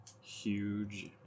huge